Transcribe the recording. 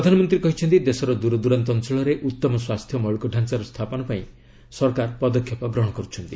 ପ୍ରଧାନମନ୍ତ୍ରୀ କହିଛନ୍ତି ଦେଶର ଦୂରଦୂରାନ୍ତ ଅଞ୍ଚଳରେ ଉତ୍ତମ ସ୍ୱାସ୍ଥ୍ୟ ମୌଳିକଡ଼ାଞାର ସ୍ଥାପନ ପାଇଁ ସରକାର ପଦକ୍ଷେପ ଗ୍ରହଣ କରୁଛନ୍ତି